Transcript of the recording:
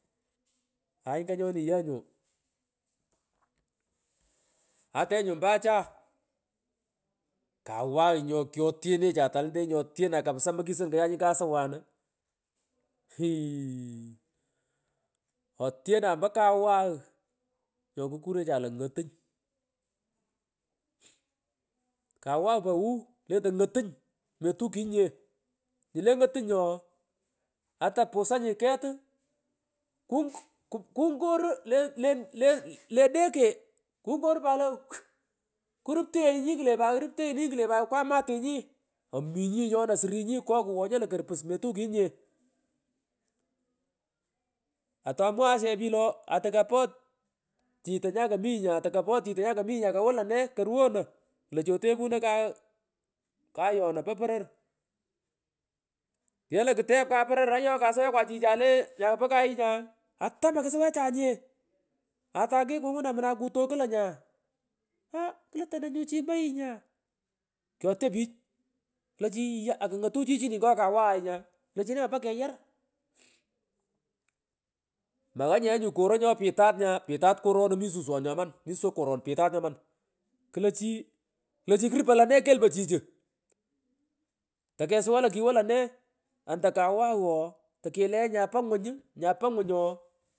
Hay nganyoni ye nyu kumuny ata ye nyu ompo acha kawagh nyokotyenecha talenyete nyotyenan kapsa ompo kison kochan kapsa tini kasumwanu ighiii otyenan ompo kawagh nyokukure cha lo ng’otuny ngalan pich kawagh po wuw lentoy ng’otany metukunyinye inyule ng’otuny ooh ata pusanyi ketu kung kungoru le le le dege kungoru pat lo kyu kurupteghunyi kle pat kurupteghunyi kle pat kwamatunyi omunyi nyona srunyi koo kwonyo lo korpus metukunyinye ngalan pich atomwa asyeh pich lo ooh atukopot atukopoch chito nyakomi yii iotepuno kayo otepuno kayona po poror ikelo ktep ka poror kasuwekwa chichay le nyapo kuyu nya keto ata mukusuwuyechanye atay kikutoku lo nya aah klut ono nyu chi ompo yii nya kotyo pich klo chi iiyaa akung’out chichini ngo kawaghay nya iklo chi nemapa keyar mmh maghanyeyenyu koro nyo pitate pitat nyama klo chi krupoy lo ne kelpog chichu takesawa lo kiwo lo nee anta kawagh ooh tokele nyapo ng’wuny uu nyapo nywunoa.